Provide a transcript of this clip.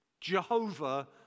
Jehovah